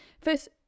First